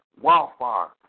wildfire